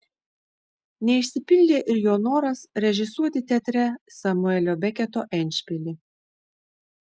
neišsipildė ir jo noras režisuoti teatre samuelio beketo endšpilį